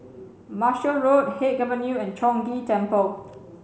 Marshall Road Haig Avenue and Chong Ghee Temple